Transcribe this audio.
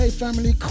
family